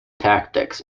tactics